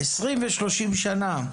20 ו-30 שנה.